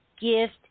gift